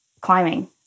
climbing